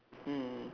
mm